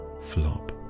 flop